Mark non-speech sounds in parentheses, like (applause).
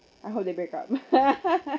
I hope they break up (laughs)